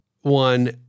one